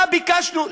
מה ביקשנו?